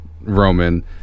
Roman